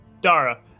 Dara